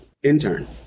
intern